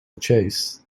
chase